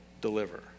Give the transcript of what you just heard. deliver